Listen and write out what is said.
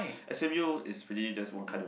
s_m_u is pretty just one kind of